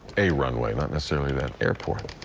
a runway not necessarily that airport.